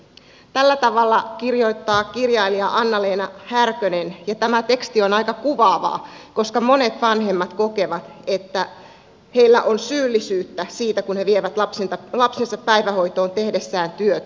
tällä tavalla kirjoittaa kirjailija anna leena härkönen ja tämä teksti on aika kuvaavaa koska monet vanhemmat kokevat että heillä on syyllisyyttä siitä kun he vievät lapsensa päivähoitoon tehdessään työtä